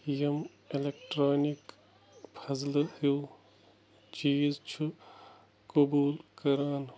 یِم ایٚلَکٹرانِک فَضلہٕ ہیُو چیٖز چھِ قبوٗل کران